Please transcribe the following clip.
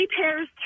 pairs